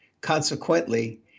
Consequently